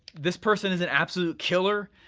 this person is an absolute killer,